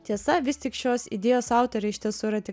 tiesa vis tik šios idėjos autorė iš tiesų yra tik